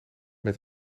met